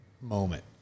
moment